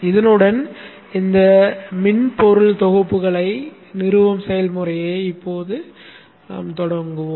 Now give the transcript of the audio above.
இதனுடன் இந்த மென்பொருள் தொகுப்புகளை நிறுவும் செயல்முறையை இப்போது தொடங்குவோம்